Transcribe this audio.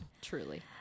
Truly